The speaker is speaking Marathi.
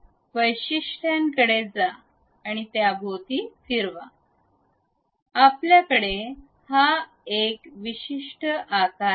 वैशिष्ट्यांकडे जा त्याभोवती फिरवा आपल्याकडे हा विशिष्ट आकार आहे